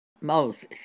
Moses